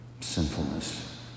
sinfulness